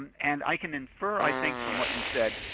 and i can infer, i think, from what you said,